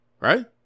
Right